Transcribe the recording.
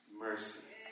mercy